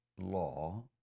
law